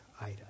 Ida